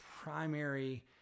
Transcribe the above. primary